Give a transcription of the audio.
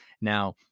Now